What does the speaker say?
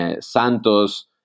Santos